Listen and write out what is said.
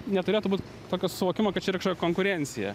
neturėtų būt tokio suvokimo kad čia yra kažkokia konkurencija